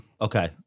Okay